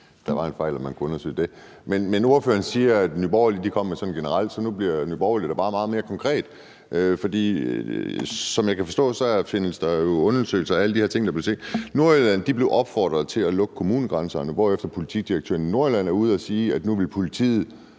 der var fejl og man kunne undersøge det. Men ordføreren siger, at Nye Borgerlige kom med sådan noget generelt, så nu bliver Nye Borgerlige da bare meget mere konkrete. For som jeg kan forstå det, findes der jo undersøgelser af alle de her ting. Nordjylland blev opfordret til at lukke kommunegrænserne, hvorefter politidirektøren i Nordjylland var ude og sige, at nu ville politiet